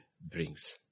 brings